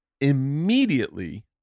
immediately